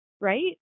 right